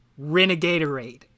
Renegatorade